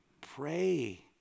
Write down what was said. Pray